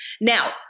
Now